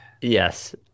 yes